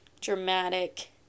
dramatic